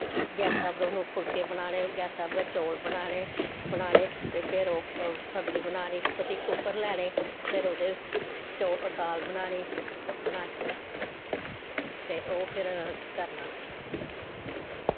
ते गैसा पर हून फुलके बनाने गैसा पर गै चौल बनाने बनाने ते फिर ओह् सब्जी बनानी पती कुक्कर लैने फिर ओह्दे चौ दाल बनानी बनानी ते ओह् फिर करना